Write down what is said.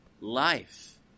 life